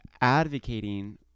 advocating